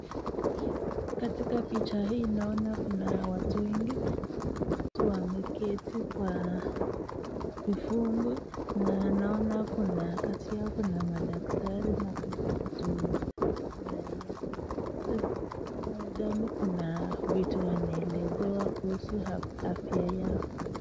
Katika picha hii naona kuna watu wengi ,kunao watu wameketi kwa vifungu ,na naona kuna kati yao kuna madaktari na kuna watu raia nadhani kuna vitu wanaelezewa kuhusu afya yao.